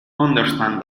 understand